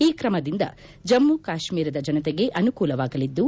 ಈ ಕ್ರಮದಿಂದ ಜಮ್ಮ ಕಾಶ್ಮೀರದ ಜನತೆಗೆ ಅನುಕೂಲವಾಗಲಿದ್ದು